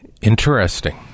interesting